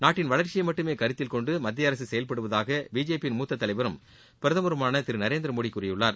நாட்டின் வளர்ச்சியை மட்டுமே கருத்தில் கொண்டு மத்திய அரசு செயவ்படுவதாக பிஜேபி யின் மூத்த தலைவரும் பிரதமருமான திரு நரேந்திர மோடி கூறியுள்ளார்